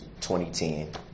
2010